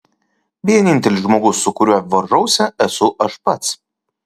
vienintelis žmogus su kuriuo varžausi esu aš pats